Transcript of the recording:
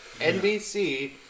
NBC